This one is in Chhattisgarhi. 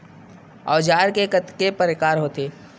औजार के कतेक प्रकार होथे?